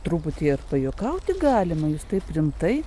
truputį ir pajuokauti galima jūs taip rimtai